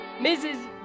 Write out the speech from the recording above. Mrs